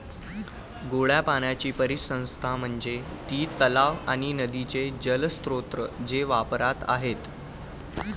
गोड्या पाण्याची परिसंस्था म्हणजे ती तलाव आणि नदीचे जलस्रोत जे वापरात आहेत